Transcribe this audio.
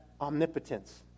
omnipotence